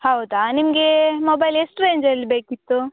ಹೌದಾ ನಿಮಗೆ ಮೊಬೈಲ್ ಎಷ್ಟು ರೇಂಜಲ್ಲಿ ಬೇಕಿತ್ತು